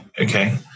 okay